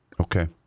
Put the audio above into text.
Okay